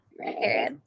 Right